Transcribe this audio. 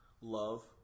Love